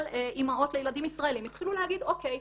אימהות לילדים ישראלים התחילו להגיד "אוקיי,